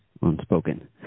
unspoken